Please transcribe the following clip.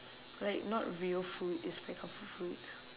like not real food is my comfort food